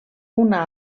una